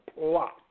plot